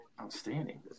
Outstanding